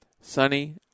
sunny